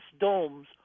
domes